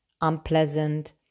unpleasant